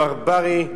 ברברי,